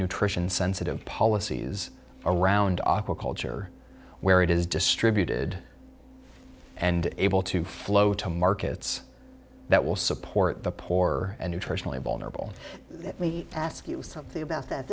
sensitive policies around awkward culture where it is distributed and able to flow to markets that will support the poor and nutritionally vulnerable if we ask you something about that